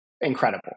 incredible